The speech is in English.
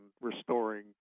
restoring